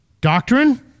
doctrine